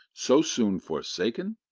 so soon forsaken?